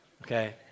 okay